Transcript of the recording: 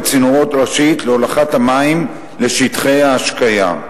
צינורות ראשית להולכת המים לשטחי ההשקיה.